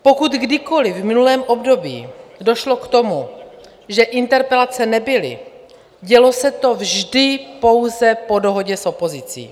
Pokud kdykoli v minulém období došlo k tomu, že interpelace nebyly, dělo se to vždy pouze po dohodě s opozicí.